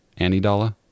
Anidala